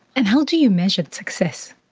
and how do you measure the success?